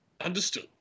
Understood